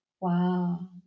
Wow